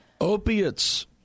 Opiates